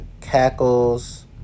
cackles